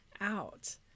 out